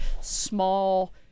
small